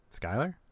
Skyler